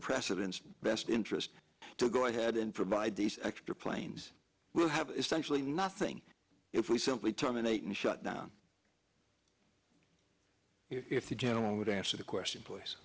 president's best interest to go ahead and provide these extra planes will have essentially nothing if we simply terminate and shut down if you gentlemen would answer the question please